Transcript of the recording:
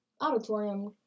auditorium